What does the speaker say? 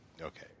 okay